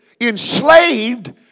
enslaved